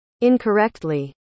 incorrectly